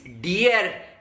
dear